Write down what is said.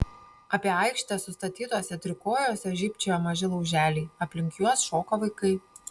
apie aikštę sustatytuose trikojuose žybčiojo maži lauželiai aplink juos šoko vaikai